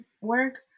work